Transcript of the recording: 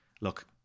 Look